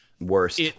Worst